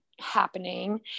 happening